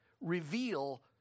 reveal